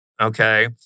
Okay